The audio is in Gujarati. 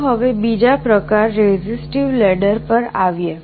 ચાલો હવે બીજા પ્રકાર resistive ladder પર આવીએ